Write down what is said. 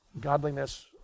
godliness